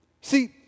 See